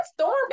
storm